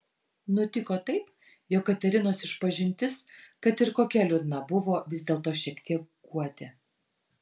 nutiko taip jog katerinos išpažintis kad ir kokia liūdna buvo vis dėlto šiek tiek guodė